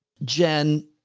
jen.